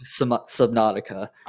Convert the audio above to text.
Subnautica